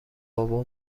بابا